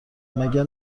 مگر